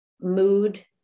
mood